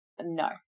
No